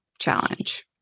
challenge